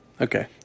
Okay